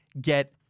get